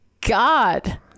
God